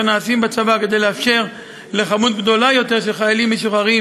נעשים בצבא כדי לאפשר למספר גדול יותר של חיילים משוחררים